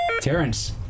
Terrence